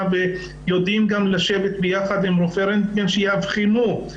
ויודעים גם לשבת ביחד עם רופא רנטגן שיאבחנו,